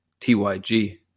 tyg